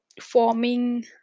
forming